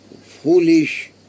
foolish